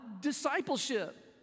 discipleship